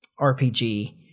RPG